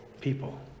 people